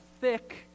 thick